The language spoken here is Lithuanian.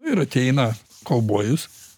ir ateina kaubojus